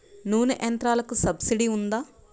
నూనె యంత్రాలకు సబ్సిడీ ఉందా?